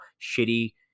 shitty